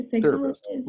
therapist